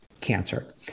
cancer